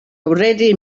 already